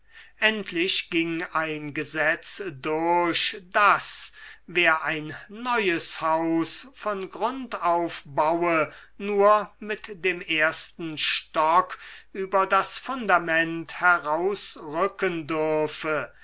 endlich ging ein gesetz durch daß wer ein neues haus von grund auf baue nur mit dem ersten stock über das fundament herausrücken dürfe